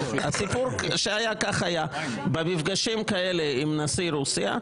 הסיפור שהיה כך היה: במפגשים כאלה עם נשיא רוסיה,